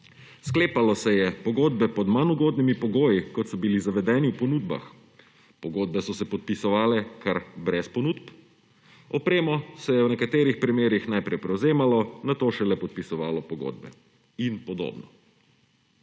sklepale so se pogodbe pod manj ugodnimi pogoji, kot so bili zavedeni v ponudbah, pogodbe so se podpisovale kar brez ponudb, oprema se je v nekaterih primerih najprej prevzemala, nato šele so se podpisovale pogodbe in podobno.